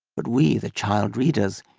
but we, the child readers,